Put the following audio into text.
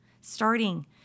starting